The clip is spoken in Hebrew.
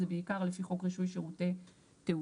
זה בעיקר לפי חוק רישוי שירותי תעופה.